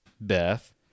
Beth